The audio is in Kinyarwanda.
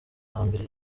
hambere